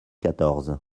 quatorze